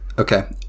Okay